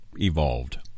evolved